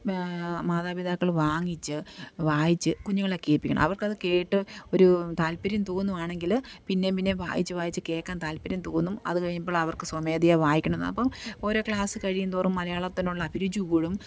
മാതാപിതാക്കൾ വാങ്ങിച്ച് വായിച്ച് കുഞ്ഞുങ്ങളെ കേള്പ്പിക്കണം അവർക്കത് കേട്ട് ഒരു താല്പര്യം തോന്നുകയാണെങ്കില് പിന്നെയും പിന്നെയും വായിച്ച് വായിച്ച് കേള്ക്കാൻ താല്പര്യം തോന്നും അതുകഴിയുമ്പോഴവർക്ക് സ്വമേധയാ വായിക്കണമെന്ന് അപ്പോള് ഓരോ ക്ലാസ് കഴിയുംതോറും മലയാളത്തിനുള്ള അഭിരുചി കൂടും